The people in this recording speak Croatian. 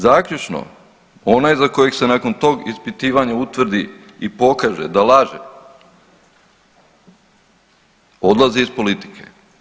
Zaključno, onaj za kojeg se nakon tog ispitivanja utvrdi i pokaže da laže odlazi iz politike.